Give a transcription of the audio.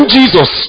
Jesus